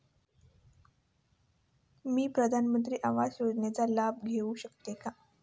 मी प्रधानमंत्री आवास योजनेचा लाभ घेऊ शकते का?